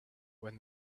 when